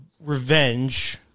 revenge